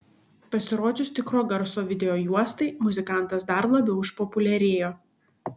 pasirodžius tikro garso videojuostai muzikantas dar labiau išpopuliarėjo